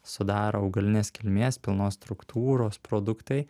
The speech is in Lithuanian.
sudaro augalinės kilmės pilnos struktūros produktai